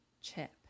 Chip